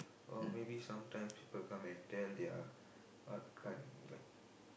or maybe sometimes people come and tell their what